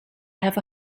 have